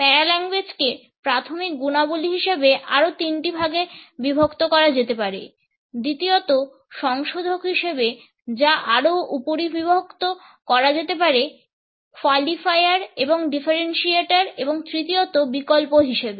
প্যারাল্যাঙ্গুয়েজকে প্রাথমিক গুণাবলী হিসাবে আরও তিনটি বিভাগে বিভক্ত করা যেতে পারে দ্বিতীয়ত সংশোধক হিসেবে যা আরও উপবিভক্ত করা যেতে পারে কোয়ালিফায়ার এবং ডিফারেন্সিয়েটর এবং তৃতীয়ত বিকল্প হিসেবে